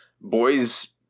boys